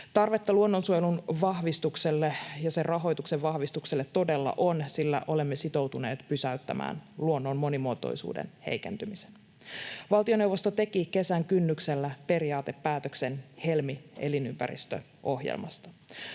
Tarvetta luonnonsuojelun ja sen rahoituksen vahvistukselle todella on, sillä olemme sitoutuneet pysäyttämään luonnon monimuotoisuuden heikentymisen. Valtioneuvosto teki kesän kynnyksellä periaatepäätöksen Helmi-elinympäristöohjelmasta.